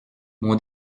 mon